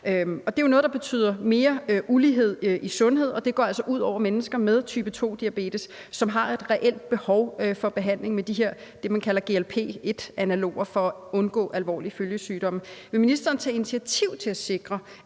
der betyder mere ulighed i sundhed, og det går altså ud over mennesker med type 2-diabetes, som har et reelt behov for behandling med det, man kalder GLP-1-analoger, for at undgå alvorlige følgesygdomme. Vil ministeren tage initiativ til at sikre,